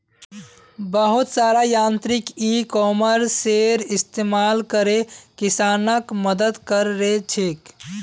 बहुत सारा यांत्रिक इ कॉमर्सेर इस्तमाल करे किसानक मदद क र छेक